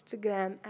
Instagram